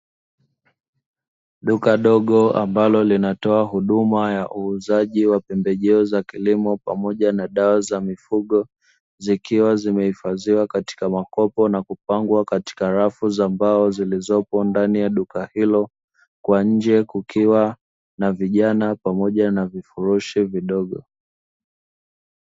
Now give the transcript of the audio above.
Duka dogo ambalo linatoa huduma ya uuzaji wa pembejeo za kilimo pamoja na dawa za mifugo, zikiwa zimehifadhiwa katika makopo na kupangwa katika rafu za mbao zilizopo ndani ya duka hilo, kwa nje kukiwa na vijana pamoja na vifurushi vidogo.